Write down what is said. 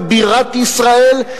בבירת ישראל.